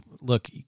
look